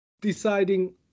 deciding